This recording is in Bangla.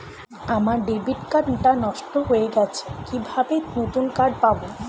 আমার ডেবিট কার্ড টা নষ্ট হয়ে গেছে কিভাবে নতুন কার্ড পাব?